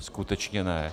Skutečně ne.